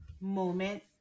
moment